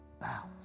bounce